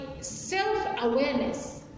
self-awareness